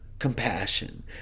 Compassion